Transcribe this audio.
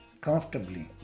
comfortably